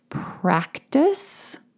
practice